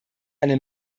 eine